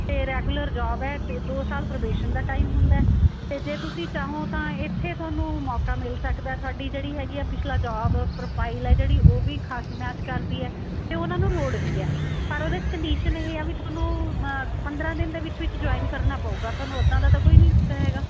ਅਤੇ regular job ਹੈ ਅਤੇ ਦੋ ਸਾਲ ਪ੍ਰੋਬੇਸ਼ਨ ਦਾ ਟਾਈਮ ਹੁੰਦਾ ਅਤੇ ਜੇ ਤੁਸੀਂ ਚਾਹੋ ਤਾਂ ਇੱਥੇ ਤੁਹਾਨੂੰ ਮੌਕਾ ਮਿਲ ਸਕਦਾ ਸਾਡੀ ਜਿਹੜੀ ਹੈਗੀ ਹੈ ਪਿਛਲਾ ਜੋਬ ਪ੍ਰੋਫਾਈਲ ਹੈ ਜਿਹੜੀ ਉਹ ਵੀ ਖਾਸੀ ਮੈਚ ਕਰਦੀ ਹੈ ਅਤੇ ਉਹਨਾਂ ਨੂੰ ਲੋੜ ਵੀ ਹੈ ਪਰ ਉਹਦੇ 'ਚ ਕੰਡੀਸ਼ਨ ਇਹ ਆ ਵੀ ਤੁਹਾਨੂੰ ਮ ਪੰਦਰਾਂ ਦਿਨ ਦੇ ਵਿੱਚ ਵਿੱਚ ਜੁਆਇਨ ਕਰਨਾ ਪਊਗਾ ਤੁਹਾਨੂੰ ਉੱਦਾਂ ਦਾ ਤਾਂ ਕੋਈ ਨਹੀਂ ਚੱਕਰ ਹੈਗਾ